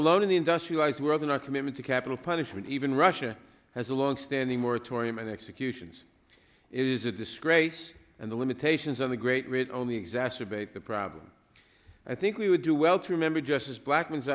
alone in the industrialized world in our commitment to capital punishment even russia has a long standing moratorium on executions it is a disgrace and the limitations on the great rate only exacerbate the problem i think we would do well to remember justice black